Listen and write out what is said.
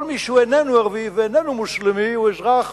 כל מי שהוא איננו ערבי ואיננו מוסלמי הוא אזרח